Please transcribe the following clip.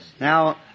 Now